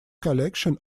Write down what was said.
collection